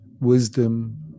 wisdom